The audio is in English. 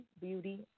Beauty